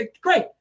great